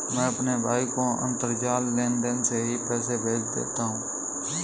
मैं अपने भाई को अंतरजाल लेनदेन से ही पैसे भेज देता हूं